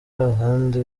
ahandi